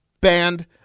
Banned